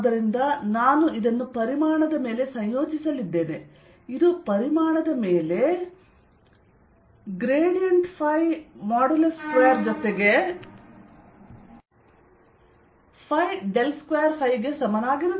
ಆದ್ದರಿಂದ ನಾನು ಇದನ್ನು ಪರಿಮಾಣದ ಮೇಲೆ ಸಂಯೋಜಿಸಲಿದ್ದೇನೆ ಇದು ಪರಿಮಾಣದ ಮೇಲೆ 2 ಜೊತೆಗೆ 2 ಗೆ ಸಮನಾಗಿರುತ್ತದೆ